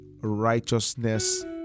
Righteousness